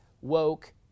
woke